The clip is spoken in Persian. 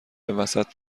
وسط